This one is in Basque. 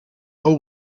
hau